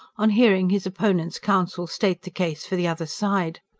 on hearing his opponent's counsel state the case for the other side.